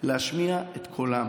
להשמיע את קולכם.